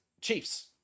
Chiefs